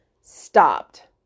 Stopped